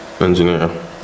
engineer